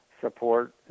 support